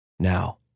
now